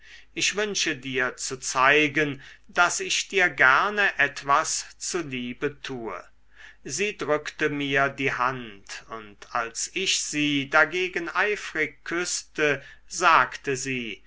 ich wünsche dir zu zeigen daß ich dir gerne etwas zu liebe tue sie drückte mir die hand und als ich sie dagegen eifrig küßte sagte sie